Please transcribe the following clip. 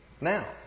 Now